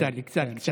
אכסאל, אכסאל, אכסאל.